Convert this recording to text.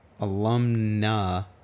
Alumna